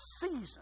season